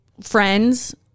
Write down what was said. friends